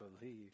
believe